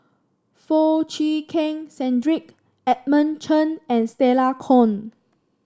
Foo Chee Keng Cedric Edmund Chen and Stella Kon